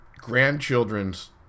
grandchildren's